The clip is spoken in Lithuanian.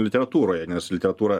literatūroje nes literatūra